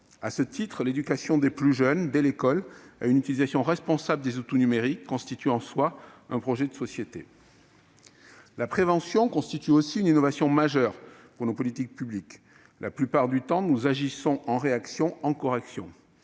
À cet égard, l'éducation des plus jeunes, dès l'école, à une utilisation responsable des outils numériques constitue en soi un projet de société. La prévention, ensuite, représente une innovation majeure pour nos politiques publiques. La plupart du temps, nous agissons en réaction, en correction.